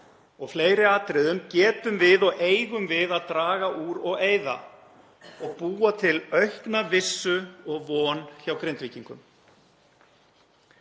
og fleiri atriðum getum við og eigum að draga úr og eyða og búa til aukna vissu og von hjá Grindvíkingum.